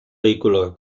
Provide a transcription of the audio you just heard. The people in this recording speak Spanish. vehículo